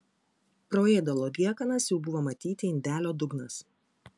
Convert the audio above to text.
pro ėdalo liekanas jau buvo matyti indelio dugnas